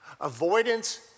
Avoidance